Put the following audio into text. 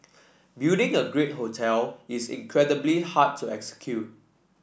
building a great hotel is incredibly hard to execute